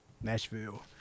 Nashville